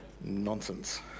Nonsense